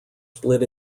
split